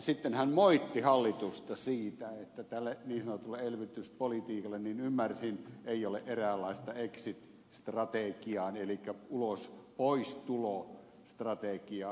sitten hän moitti hallitusta siitä että tälle niin sanotulle elvytyspolitiikalle niin ymmärsin ei ole eräänlaista exit strategiaa eli poistulo strategiaa kehitelty